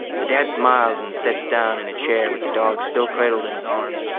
the dad smiles and sits down in a chair with the dog still cradled in his arms.